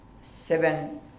seven